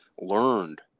learned